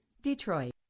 DETROIT